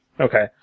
Okay